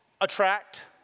attract